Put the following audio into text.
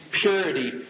purity